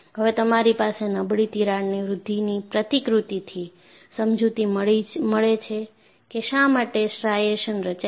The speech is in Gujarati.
હવે તમારી પાસે નબળી તિરાડની વૃદ્ધિ ની પ્રતિકૃતિથી સમજૂતી મળે છે કે શા માટે સ્ટ્રાઇશન્સ રચાય છે